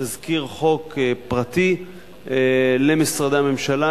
תזכיר חוק פרטי למשרדי הממשלה,